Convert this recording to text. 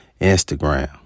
Instagram